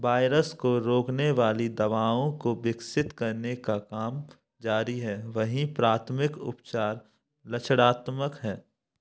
virus को रोकने वाली दवाओं को विकसित करने का काम जारी है वहीं प्राथमिक उपचार लक्षणात्मक है